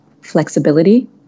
flexibility